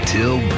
Till